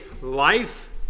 Life